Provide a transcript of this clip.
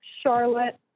Charlotte